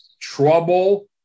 trouble